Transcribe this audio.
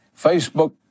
Facebook